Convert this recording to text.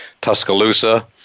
Tuscaloosa